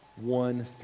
one